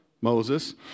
Moses